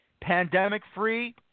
pandemic-free